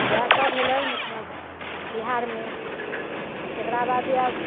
ओएह सभ भेलनि मिथिला बिहारमे तेकरा बाद जायब